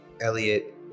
Elliot